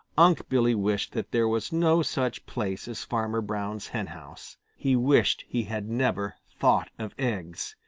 unc' billy wished that there was no such place as farmer brown's henhouse. he wished he had never thought of eggs.